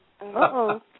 uh-oh